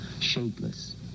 shapeless